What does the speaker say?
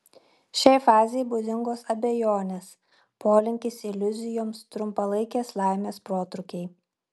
šiai fazei būdingos abejonės polinkis iliuzijoms trumpalaikės laimės protrūkiai